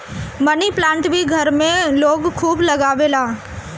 मनी plant भी घर में लोग खूब लगावेला